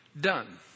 done